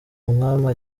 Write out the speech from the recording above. umwami